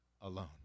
alone